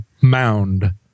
mound